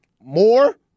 more